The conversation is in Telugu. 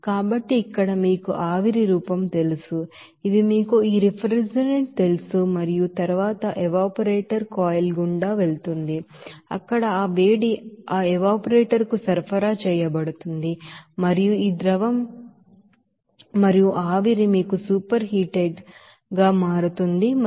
కాబట్టి ఇక్కడ మీకు ఆవిరి రూపం తెలుసు ఇది మీకు ఈ రిఫ్రిజిరెంట్ తెలుసు మరియు తరువాత ఆ ఎవాపరేటర్ కాయిల్ గుండా వెళుతుంది అక్కడ ఆ వేడి ఆ ఎవాపరేటర్ కు సరఫరా చేయబడుతుంది మరియు ఈ ద్రవం మరియు ఆవిరి మీకు సూపర్ హీటెడ్ మరియు 81